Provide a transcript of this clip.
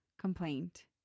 complaint